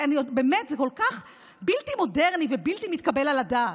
באמת, זה כל כך בלתי מודרני ובלתי מתקבל על הדעת.